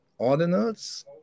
ordinals